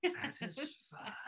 Satisfied